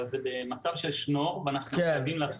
אבל זה במצב של שנור ואנחנו חייבים להפסיק,